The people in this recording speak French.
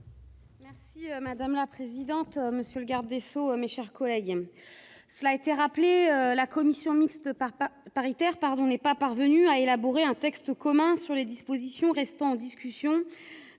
Madame la présidente, monsieur le garde des sceaux, mes chers collègues, la commission mixte paritaire n'est pas parvenue à élaborer un texte commun sur les dispositions restant en discussion